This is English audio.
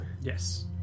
Yes